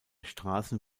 straßen